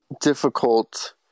difficult